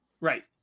Right